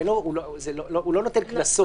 הוא לא נותן קנסות.